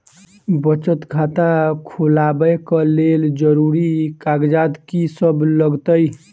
बचत खाता खोलाबै कऽ लेल जरूरी कागजात की सब लगतइ?